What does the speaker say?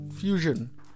fusion